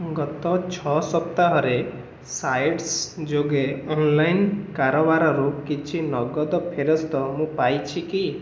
ମୁଁ ଗତ ଛଅ ସପ୍ତାହରେ ସାଇଟସ୍ ଯୋଗେ ଅନ ଲାଇନ୍ କାରବାରରୁ କିଛି ନଗଦ ଫେରସ୍ତ ମୁଁ ପାଇଛି କି